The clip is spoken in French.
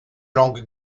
langue